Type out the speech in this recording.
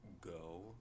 go